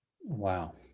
Wow